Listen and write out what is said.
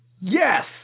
yes